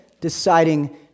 deciding